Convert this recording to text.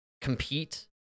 compete